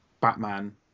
Batman